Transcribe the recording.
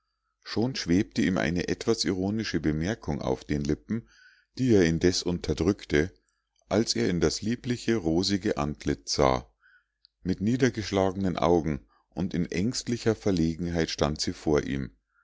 schon schwebte ihm eine etwas ironische bemerkung auf den lippen die er indes unterdrückte als er in das liebliche rosige antlitz sah mit niedergeschlagenen augen und in ängstlicher verlegenheit stand sie vor ihm